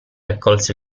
accolse